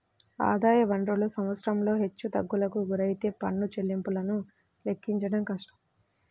ఆదాయ వనరులు సంవత్సరంలో హెచ్చుతగ్గులకు గురైతే పన్ను చెల్లింపులను లెక్కించడం కష్టం